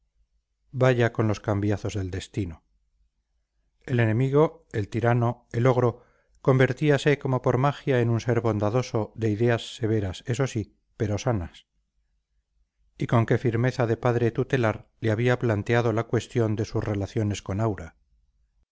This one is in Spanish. vaya con los cambiazos del destino el enemigo el tirano el ogro convertíase como por magia en un ser bondadoso de ideas severas eso sí pero sanas y con qué firmeza de padre tutelar le había planteado la cuestión de sus relaciones con aura